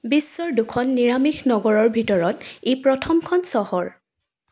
বিশ্বৰ দুখন নিৰামিষ নগৰৰ ভিতৰত ই প্ৰথমখন চহৰ